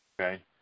okay